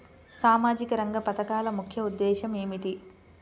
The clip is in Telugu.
సామాజిక రంగ పథకాల ముఖ్య ఉద్దేశం ఏమిటీ?